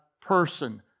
person